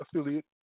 affiliate